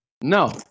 No